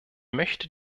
möchte